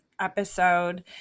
episode